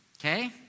Okay